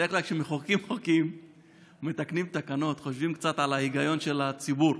בדרך כלל כשמחוקקים חוקים ומתקנים תקנות חושבים קצת על ההיגיון לציבור,